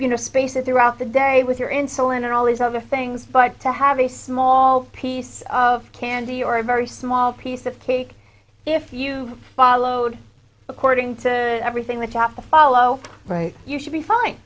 you know spaces throughout the day with your insulin and all these other things but to have a small piece of candy or a very small piece of cake if you followed according to everything that you have to follow right you should be fine